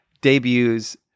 debuts